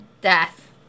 death